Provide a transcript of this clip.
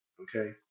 Okay